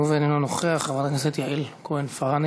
חבר הכנסת איל בן ראובן,